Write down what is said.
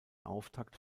auftakt